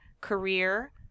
career